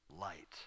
light